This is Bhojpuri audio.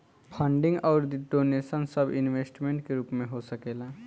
फंडिंग अउर डोनेशन सब इन्वेस्टमेंट के रूप में हो सकेला